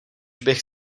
bych